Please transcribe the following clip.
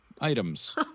items